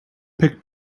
pick